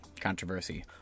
controversy